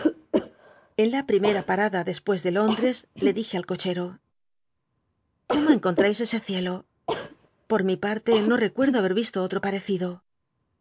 en la primera pa rada despucs de lóndres le dije al cochero cómo enconlmis ese ciclo por mi partc nc recuerdo haber visto otro parecido